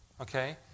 okay